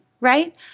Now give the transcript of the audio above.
right